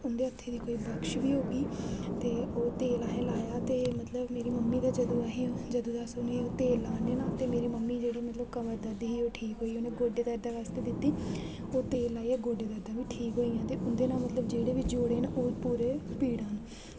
उ'न्दे हत्थें दी कोई बख्श बी होगी ते ओह् तेल अहे्ं लाया ते मतलब मेरी मम्मी दा जदूं दा जंदू दा अस तेल लाने न ना ते मेरी मम्मी जेह्ड़ी मतलब कमर दर्द ही ओह् ठीक होई गेई उ'न्नें गोड्डे दर्दां आस्तै दित्ती ओह् तेल लाया गोड्डें दर्दां बी ठीक होइयां ते उ'न्दे ना मतलब जेह्ड़े बी जोड़े न ओह् पूरे पीड़ां न